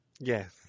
Yes